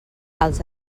els